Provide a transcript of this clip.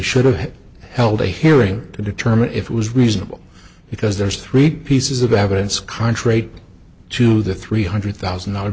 should have held a hearing to determine if it was reasonable because there's three pieces of evidence contrary to the three hundred thousand dollar